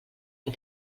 que